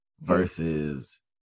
versus